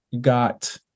got